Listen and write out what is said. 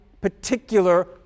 particular